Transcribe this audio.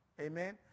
Amen